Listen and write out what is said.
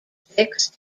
fixed